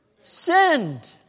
sinned